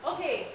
Okay